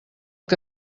que